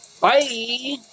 Bye